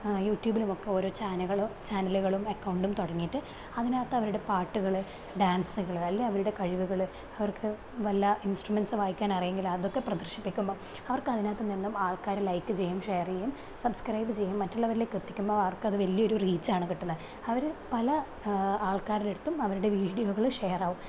യൂട്യൂബിലും ഒക്കെ ഓരോ ചാനലു ചാനലുകളും അക്കൗണ്ടും തുടങ്ങിയിട്ട് അതിനകത്ത് അവരുടെ പാട്ടുകള് ഡാൻസുകള് അല്ലേൽ അവരുടെ കഴിവുകള് അവർക്ക് വല്ല ഇൻസ്ട്രുമെൻസ് വായിക്കാൻ അറിയുമെങ്കിൽ അതൊക്കെ പ്രദർശിപ്പിക്കുമ്പോഴും അവർക്ക് അതിനത്ത് നിന്നും ആൾക്കാര് ലൈക്ക് ചെയ്യും ഷെയർ ചെയ്യും സബ്സ്ക്രൈബ് ചെയ്യും മറ്റുള്ളവരിലേക്ക് എത്തിക്കുമ്പോൾ അവർക്ക് അത് വലിയൊരു റീച്ചാണ് കിട്ടുന്നത് അവര് പല ആൾക്കാരുടെ അടുത്തും അവരുടെ വീഡിയോകള് ഷെയർ ആകും